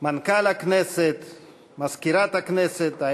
ראש האופוזיציה חבר הכנסת יצחק הרצוג והגברת מיכל הרצוג,